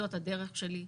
זאת הדרך שלי.